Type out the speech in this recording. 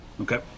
Okay